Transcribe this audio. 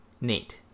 Nate